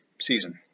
season